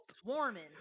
Swarming